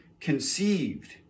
conceived